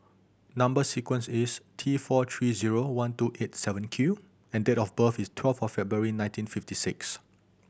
number sequence is T four three zero one two eight seven Q and date of birth is twelve of February nineteen fifty six